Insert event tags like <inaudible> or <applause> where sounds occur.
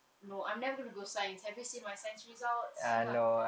no I'm never going to go science have you seen my science results <laughs>